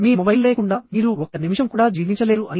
మీ mobile లేకుండా మీరు ఒక్క నిమిషం కూడా జీవించలేరు అని